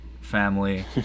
family